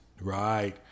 Right